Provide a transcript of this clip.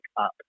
up